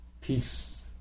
peace